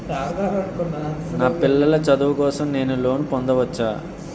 నా పిల్లల చదువు కోసం నేను లోన్ పొందవచ్చా?